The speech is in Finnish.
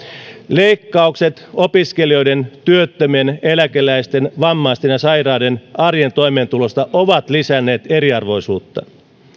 leikkaukset opiskelijoiden työttömien eläkeläisten vammaisten ja sairaiden arjen toimeentulosta ovat lisänneet eriarvoisuutta